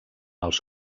els